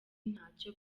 ntacyo